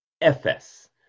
FS